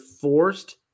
forced